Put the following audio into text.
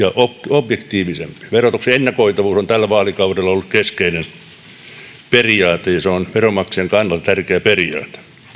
objektiivisempia verotuksen ennakoitavuus on tällä vaalikaudella ollut keskeinen periaate ja se on veronmaksajan kannalta tärkeä periaate